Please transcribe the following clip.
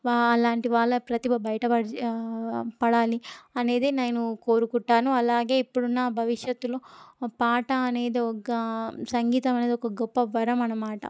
వా అలాంటి వాళ్ళ ప్రతిభ బయటప పడాలి అనేది నేను కోరుకుంటాను అలాగే ఇప్పుడున్న భవిష్యత్తులో పాట అనేది ఒక సంగీతం అనేది ఒక గొప్ప వరమనమాట